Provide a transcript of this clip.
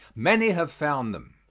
many have found them.